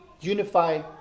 unify